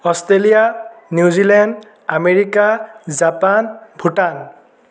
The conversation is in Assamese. Australia New Zealand America Japan Bhutan